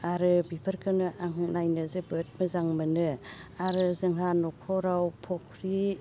आरो बिफोरखोनो आं नायनो जोबोर मोजां मोनो आरो जोंहा न'खराव फुख्रि